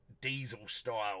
diesel-style